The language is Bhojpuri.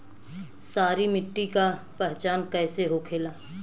सारी मिट्टी का पहचान कैसे होखेला?